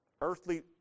earthly